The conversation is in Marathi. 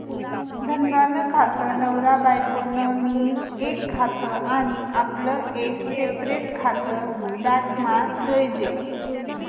धंदा नं खातं, नवरा बायको नं मियीन एक खातं आनी आपलं एक सेपरेट खातं बॅकमा जोयजे